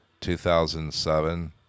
2007